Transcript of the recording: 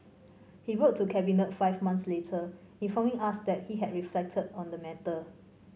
he wrote to Cabinet five months later informing us that he had reflected on the matter